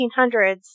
1800s